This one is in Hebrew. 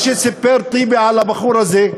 מה שסיפר טיבי על הבחור הזה,